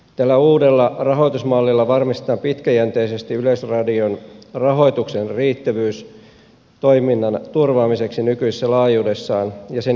tällä uudella rahoitusmallilla varmistetaan pitkäjänteisesti yleisradion rahoituksen riittävyys toiminnan turvaamiseksi nykyisessä laajuudessaan ja sen edelleen kehittämiseksi